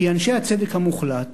כי אנשי הצדק המוחלט,